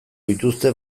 dituzte